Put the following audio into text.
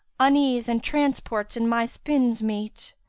unease and transports in my spins meet,